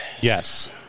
Yes